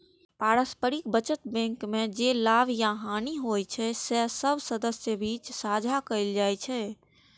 पारस्परिक बचत बैंक मे जे लाभ या हानि होइ छै, से सब सदस्यक बीच साझा कैल जाइ छै